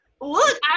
Look